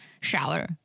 shower